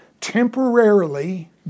temporarily